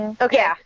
Okay